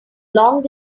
long